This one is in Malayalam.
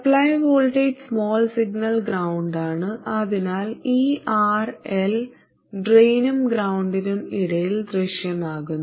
supply voltage small signal ground ആണ് അതിനാൽ ഈ RL ഡ്രെയിനിനും ഗ്രൌണ്ടിനും ഇടയിൽ ദൃശ്യമാകുന്നു